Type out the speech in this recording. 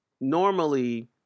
normally